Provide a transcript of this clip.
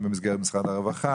אם במסגרת משרד הרווחה.